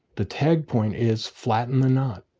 the tag point is flatten the knot